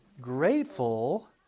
grateful